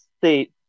state